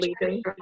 leaving